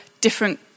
different